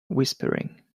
whispering